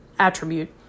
attribute